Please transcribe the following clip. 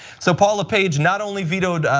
so paula page not only vetoed,